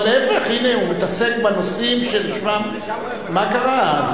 אבל להיפך, הנה הוא מתעסק בנושאים שלשמם, מה קרה?